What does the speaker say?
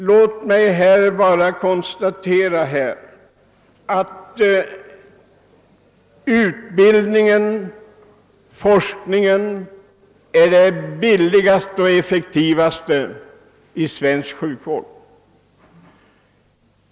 Låt mig bara konstatera, herr talman, att utbildningen och forskningen är det billigaste och effektivaste inslaget i svensk sjukvård.